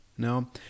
No